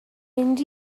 mynd